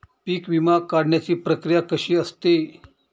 पीक विमा काढण्याची प्रक्रिया कशी असते?